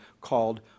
called